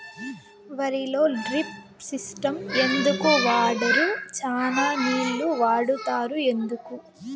వరిలో drip system ఎందుకు వాడరు? చానా నీళ్లు వాడుతారు ఎందుకు?